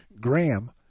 Graham